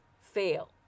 fail